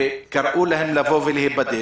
וקראו להן לבוא ולהיבדק.